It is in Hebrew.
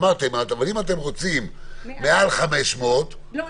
אמרתם אם אתם רוצים מעל 500 --- לא,